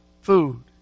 food